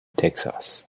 texas